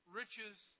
riches